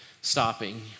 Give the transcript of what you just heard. stopping